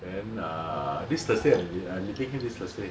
then uh this thursday I'm meeting him this thursday